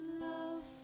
love